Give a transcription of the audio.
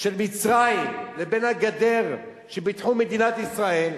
של מצרים לבין הגדר שבתחום מדינת ישראל,